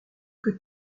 que